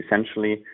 essentially